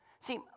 See